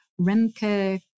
Remke